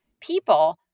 people